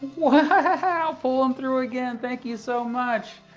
wow, pulling through again. thank you so much!